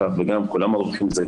וכולם מרוויחים מזה,